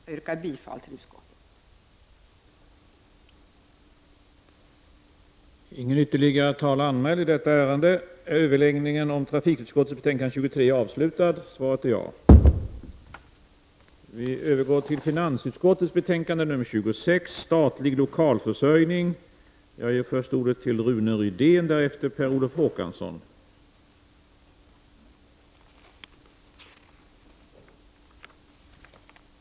Jag yrkar bifall till utskottets hemställan.